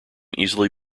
easily